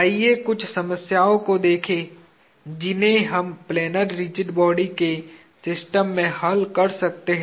आइए कुछ समस्याओं को देखें जिन्हें हम प्लैनर रिजिड बॉडी के सिस्टम में हल कर सकते हैं